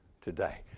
today